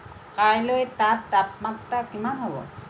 কাইলৈ তাত তাপমাত্ৰা কিমান হ'ব